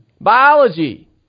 biology